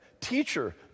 Teacher